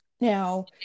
Now